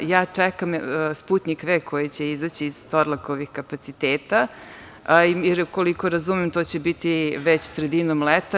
Ja čekam Sputnjik-V koji će izaći iz „Torlakovih“ kapaciteta i koliko razumem to će biti već sredinom leta.